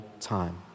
time